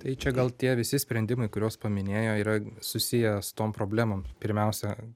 tai čia gal tie visi sprendimai kuriuos paminėjo yra susiję su tom problemom pirmiausia